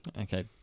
Okay